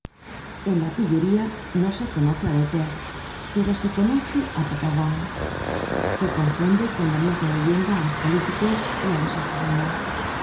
en la pillería no se conoce á voltaire pero se conoce á papavoine se confunde en la misma leyenda á los políticos y á los asesinos